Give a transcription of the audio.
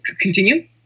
continue